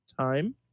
Time